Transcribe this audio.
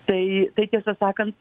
tai tai tiesą sakant